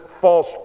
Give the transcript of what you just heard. false